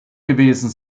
gewesen